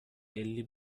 elli